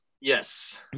yes